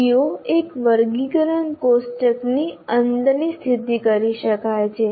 CO એક વર્ગીકરણ કોષ્ટકની અંદર સ્થિત કરી શકાય છે